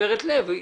גברת לב,